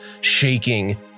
shaking